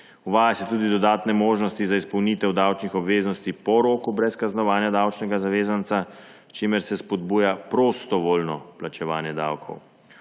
Uvaja se tudi dodatne možnosti za izpolnitev davčnih obveznosti po roku brez kaznovanja davčnega zavezanca, s čimer se spodbuja prostovoljno plačevanje davkov.